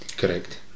correct